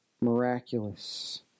miraculous